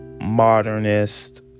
modernist